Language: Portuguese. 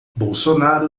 bolsonaro